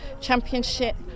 Championship